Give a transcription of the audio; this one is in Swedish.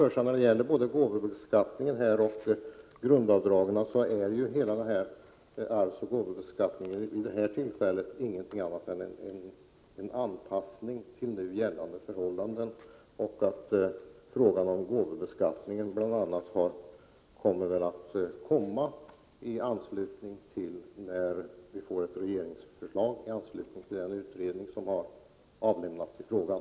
Både när det gäller gåvobeskattningen och grundavdragen skall man ha klart för sig att det vid detta tillfälle inte handlar om något annat än en anpassning till nu gällande förhållanden. Dessutom kommer bl.a. frågan om gåvobeskattningen väl att tas upp till behandling, när vi får ett regeringsförslag i anslutning till den utredning som har avlämnats i frågan.